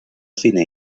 cine